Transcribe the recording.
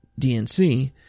DNC